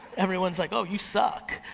everyone's like, oh you suck.